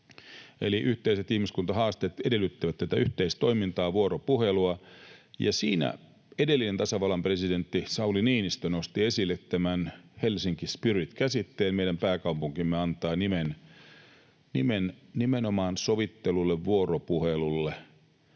yhteiset haasteet edellyttävät yhteistoimintaa ja vuoropuhelua, ja siinä edellinen tasavallan presidentti Sauli Niinistö nosti esille tämän Helsinki spirit -käsitteen; meidän pääkaupunkimme antaa nimen nimenomaan sovittelulle, vuoropuhelulle,